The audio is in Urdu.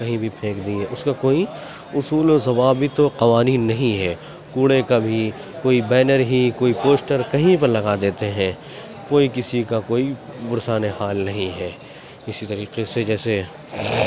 کہیں بھی پھینک دیے اس کا کوئی اصول و ضوابط و قوانین نہیں ہے کوڑے کا بھی کوئی بینر ہی کوئی پوسٹر کہیں پر لگا دیتے ہیں کوئی کسی کا کوئی پرسانِ حال نہیں ہے اسی طریقے سے جیسے